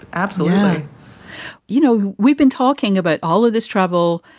absolutely you know, we've been talking about all of this trouble.